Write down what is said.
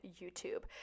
YouTube